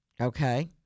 Okay